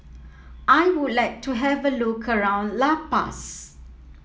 I would like to have a look around La Paz